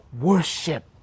worship